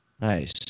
Nice